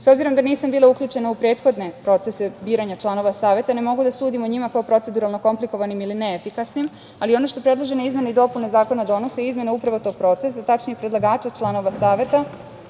obzirom da nisam bila uključena u prethodne procese biranja članova Saveta, ne mogu da sudim o njima kao proceduralno komplikovanim ili neefikasnim, ali ono što predložene izmene i dopune zakona donose je izmena upravo tog procesa, tačnije predlagača članova Saveta,